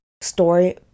story